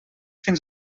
fins